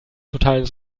totalen